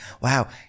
Wow